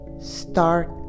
start